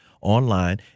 online